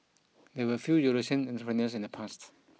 there were few Eurasian entrepreneurs in the pasts